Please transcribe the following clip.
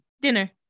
dinner